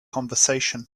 conversation